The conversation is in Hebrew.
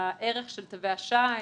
והערך של תווי השי.